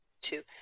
two